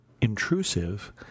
intrusive